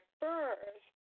first